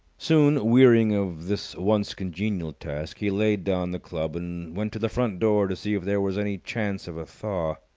soon wearying of this once congenial task, he laid down the club and went to the front door to see if there was any chance of a thaw.